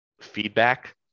feedback